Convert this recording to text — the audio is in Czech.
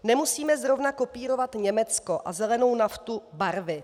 Nemusíme zrovna kopírovat Německo a zelenou naftu barvit.